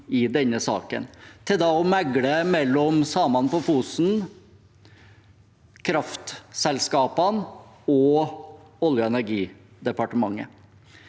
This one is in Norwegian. i denne saken, til å mekle mellom samene på Fosen, kraftselskapene og Olje- og energidepartementet.